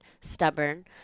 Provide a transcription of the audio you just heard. stubborn